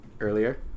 Earlier